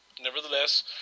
nevertheless